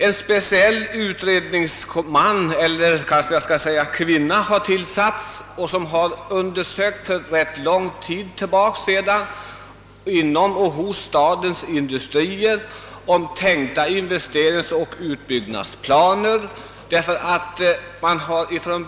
En speciell utredningsman — eller jag kanske skulle säga kvinna — har sedan en tid tillbaka hos stadens industrier inhämtat besked om förestående utbyggnadsplaner och sammanställt dessa.